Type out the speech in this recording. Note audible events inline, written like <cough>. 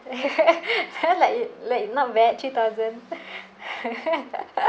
<laughs> like it like not bad three thousand <laughs>